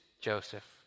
Joseph